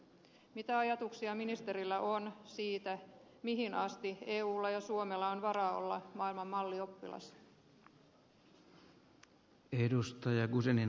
mitä ajatuksia ministerillä on siitä mihin asti eulla ja suomella on varaa olla maailman mallioppilas